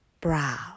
brow